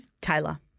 Taylor